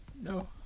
No